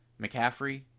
McCaffrey